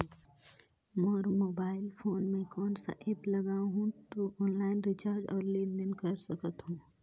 मोर mobile phone मे कोन सा एप्प लगा हूं तो ऑनलाइन रिचार्ज और लेन देन कर सकत हू?